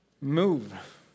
move